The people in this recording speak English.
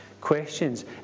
questions